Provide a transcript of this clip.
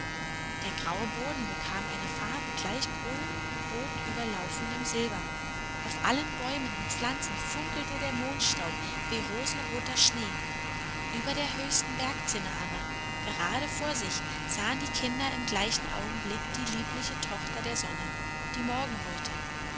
der graue boden bekam eine farbe gleich grünrot überlaufenem silber auf allen bäumen und pflanzen funkelte der mondstaub wie rosenroter schnee über der höchsten bergzinne aber gerade vor sich sahen die kinder im gleichen augenblick die liebliche tochter der sonne die morgenröte